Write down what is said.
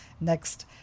next